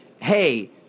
hey